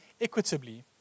equitably